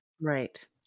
Right